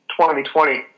2020